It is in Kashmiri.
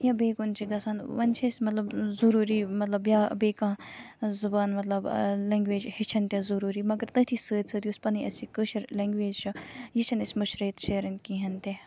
یا بیٚیہِ کُن چھِ گَژھان وونۍ چھِ اَسہِ مطلب ضروری مطلب بیاکھ بیٚیہِ کانٛہہ زُبان مطلب لیٚنگویج ہیٚچھِنۍ تہِ ضروری مگر تٔتھی سۭتۍ سۭتۍ یُس پَنٕنۍ اَسہِ یہِ کٲشٕر لیٚنگویج چھے یہِ چھَنہٕ اَسہِ مٔشرٲیِتھ شیرٕنۍ کِہیٖنۍ تہِ